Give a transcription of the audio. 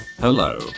Hello